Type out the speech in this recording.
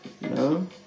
No